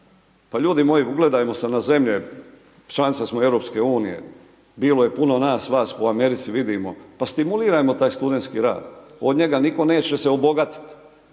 Pa ljudi moji, ugledajte se na zemlje, članica smo EU. Bilo je puno nas, vas po Americi, vidimo, pa stimulirajmo taj studentski rad. Od njega nitko se neće obogatiti.